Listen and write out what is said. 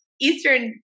eastern